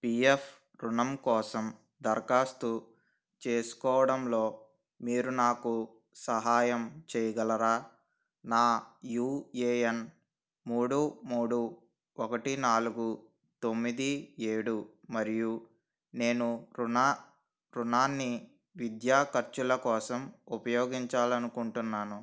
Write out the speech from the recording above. P F రుణం కోసం దరఖాస్తు చేసుకోవడంలో మీరు నాకు సహాయం చేయగలరా నా యూ ఏ ఎన్ మూడు మూడు ఒకటి నాలుగు తొమ్మిది ఏడు మరియు నేను రుణ రుణాన్ని విద్యా ఖర్చుల కోసం ఉపయోగించాలి అనుకుంటున్నాను